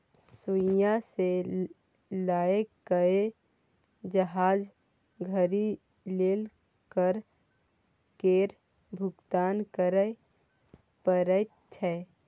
सुइया सँ लए कए जहाज धरि लेल कर केर भुगतान करय परैत छै